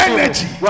Energy